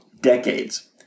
decades